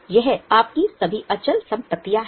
यह आपकी सभी अचल संपत्तियां हैं